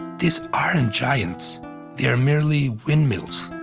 these aren't giants they are merely windmills.